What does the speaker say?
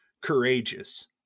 courageous